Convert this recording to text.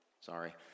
sorry